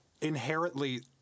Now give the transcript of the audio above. inherently